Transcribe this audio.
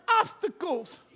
obstacles